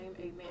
Amen